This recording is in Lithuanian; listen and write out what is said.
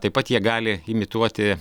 taip pat jie gali imituoti